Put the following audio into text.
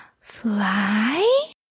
Fly